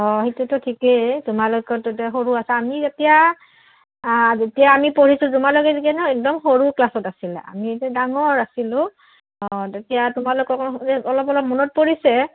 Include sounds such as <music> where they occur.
অঁ সেইটোতো ঠিকেই তোমালোকতো তেতিয়া সৰু আছা আমি যেতিয়া যেতিয়া আমি পঢ়িছোঁ তোমালোকে <unintelligible> নহ্ একদম সৰু ক্লাছত আছিলা আমি এতিয়া ডাঙৰ আছিলোঁ অঁ তেতিয়া তোমালোকক অলপ অলপ মনত পৰিছে